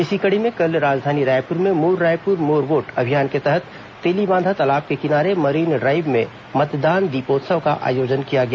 इसी कड़ी में कल राजधानी रायपुर में मोर रायपुर मोर वोट अभियान के तहत तेलीबांधा तालाब के किनारे मरीन ड्राईव में मतदान दीपोत्सव का आयोजन किया गया